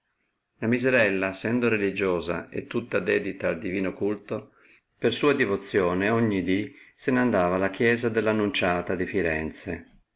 la miserella sendo religiosa e tutta dedita al divino culto per sua divozione ogni di se n andava alla chiesa dell annunciata di firenze